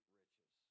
riches